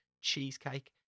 cheesecake